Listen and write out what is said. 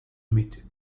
omitted